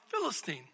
Philistine